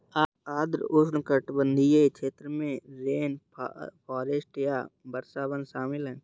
आर्द्र उष्णकटिबंधीय क्षेत्र में रेनफॉरेस्ट या वर्षावन शामिल हैं